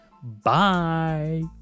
Bye